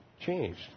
changed